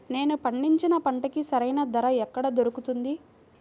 నేను పండించిన పంటకి సరైన ధర ఎక్కడ దొరుకుతుంది?